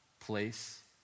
place